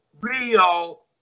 real